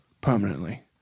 permanently